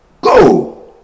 Go